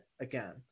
again